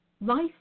Life